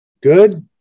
good